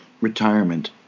retirement